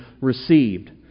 received